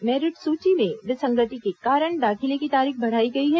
merit सूची में विसंगति के कारण दाखिले की तारीख बढ़ाई गई है